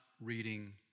reading